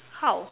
how